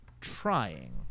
trying